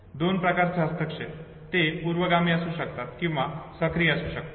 दोन प्रकारचे हस्तक्षेप ते पूर्वगामी असू शकतात किंवा ते सक्रिय असू शकतात